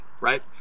right